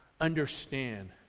understand